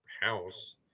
house